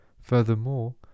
Furthermore